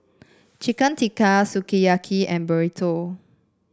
Chicken Tikka Sukiyaki and Burrito